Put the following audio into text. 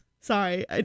Sorry